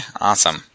awesome